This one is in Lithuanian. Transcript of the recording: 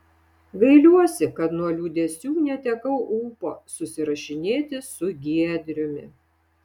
gailiuosi kad nuo liūdesių netekau ūpo susirašinėti su giedriumi